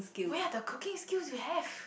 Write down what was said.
where are the cooking skills you have